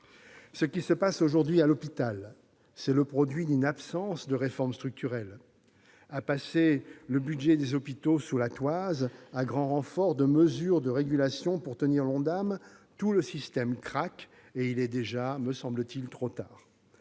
Ce qui se passe aujourd'hui à l'hôpital est le produit d'une absence de réformes structurelles. À passer le budget des hôpitaux sous la toise à grand renfort de mesures de régulation pour tenir l'Ondam, c'est tout le système qui craque, et il est déjà trop tard.